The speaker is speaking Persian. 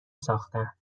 ساختن